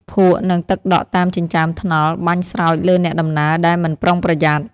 ភក់ និងទឹកដក់តាមចិញ្ចើមថ្នល់បាញ់ស្រោចលើអ្នកដំណើរដែលមិនប្រុងប្រយ័ត្ន។